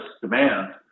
demand